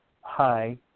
Hi